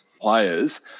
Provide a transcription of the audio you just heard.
players